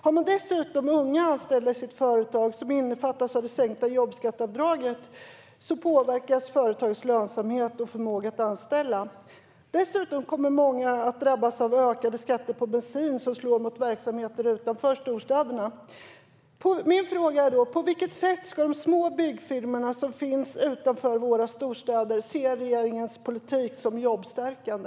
Har man dessutom unga anställda i sitt företag som omfattas av det sänkta jobbskatteavdraget påverkas företagets lönsamhet och förmåga att anställa. Dessutom kommer många att drabbas av ökade skatter på bensin, som slår mot verksamheter utanför storstäderna. Min fråga är: På vilket sätt ska de små byggfirmorna som finns utanför våra storstäder se regeringens politik som jobbstärkande?